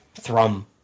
thrum